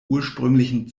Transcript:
ursprünglichen